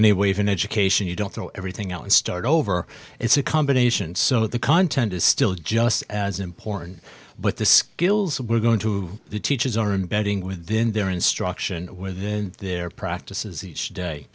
even education you don't throw everything out and start over it's a combination so the content is still just as important but the skills we're going to the teachers aren't betting within their instruction within their practices each day